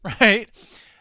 right